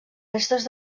restes